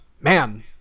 man